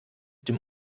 dem